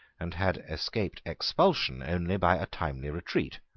and had escaped expulsion only by a timely retreat.